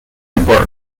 park